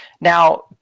Now